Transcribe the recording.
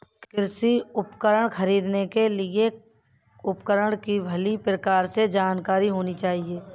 कृषि उपकरण खरीदने के लिए उपकरण की भली प्रकार से जानकारी होनी चाहिए